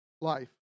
life